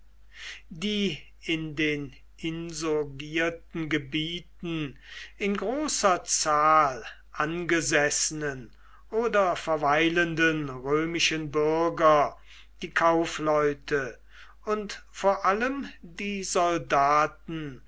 die in den insurgierten gebieten in großer zahl angesessenen oder verweilenden römischen bürger die kaufleute und vor allem die soldaten